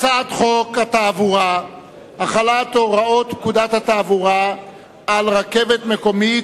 הצעת חוק התעבורה (החלת הוראות פקודת התעבורה על רכבת מקומית,